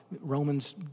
Romans